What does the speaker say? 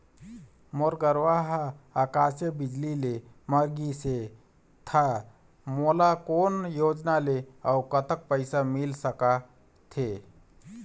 मोर गरवा हा आकसीय बिजली ले मर गिस हे था मोला कोन योजना ले अऊ कतक पैसा मिल सका थे?